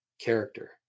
character